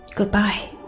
Goodbye